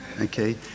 Okay